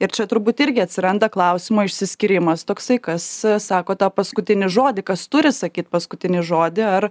ir čia turbūt irgi atsiranda klausimo išsiskyrimas toksai kas sako tą paskutinį žodį kas turi sakyt paskutinį žodį ar